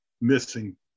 missing